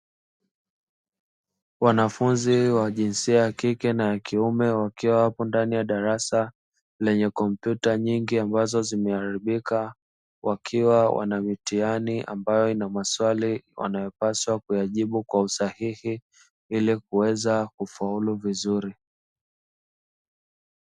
Wanafunzi wa jinsia ya kike na kiume wakiwa hapo ndani ya darasa lenye kompyuta nyingi ambazo zimeharibika wakiwa wana mitihani ambayo ina maswali wanayopaswa kuyajibu kwa usahihi ili kuweza kufaulu vizuri.